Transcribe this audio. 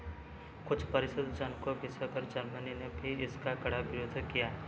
कुछ परिषद जनकों विषय पर जर्मनी ने भी इसका कड़ा विरोध किया